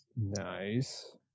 Nice